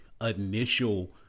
initial